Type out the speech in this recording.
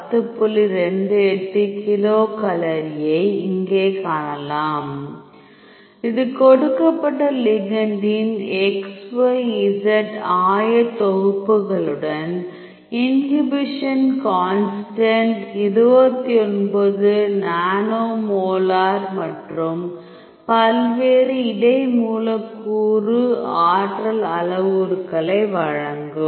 28 கிலோகலோரியை இங்கே காணலாம் இது கொடுக்கப்பட்ட லிகெண்டின் xyz ஆயத்தொகுப்புகளுடன் இன்ஹிபிஷன் கான்ஸ்டன்ட் 29 நானோ மோலார் மற்றும் பல்வேறு இடை மூலக்கூறு ஆற்றல் அளவுருக்களை வழங்கும்